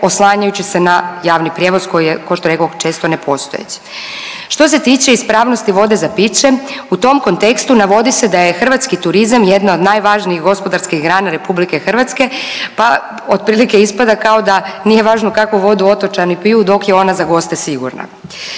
oslanjajući se na javni prijevoz ko što rekoh često nepostojeći. Što se tiče ispravnosti vode za piće u tom kontekstu navodi se da je hrvatski turizam jedan od najvažnijih gospodarskih grana RH pa otprilike ispada kao da nije važno kakvu vodu otočani piju dok je ona za goste sigurna.